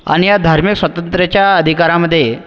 आणि ह्या धार्मिक स्वातंत्र्याच्या अधिकारामध्ये